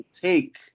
Take